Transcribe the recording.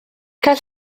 cael